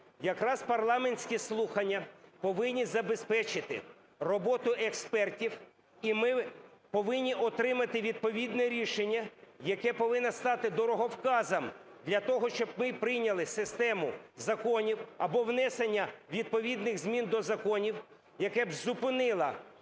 Якраз парламентські слухання повинні забезпечити роботу експертів, і ми повинні отримати відповідне рішення, яке повинне стати дороговказом для того, щоб ми прийняли систему законів або внесення відповідних змін до законів, яке б зупинило